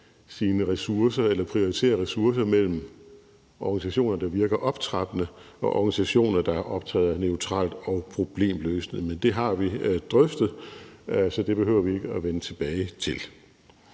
eller prioritere ressourcer mellem organisationer, der virker optrappende, og organisationer, der optræder neutralt og problemløsende, men det har vi drøftet, så det behøver vi ikke at vende tilbage til.